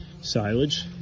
silage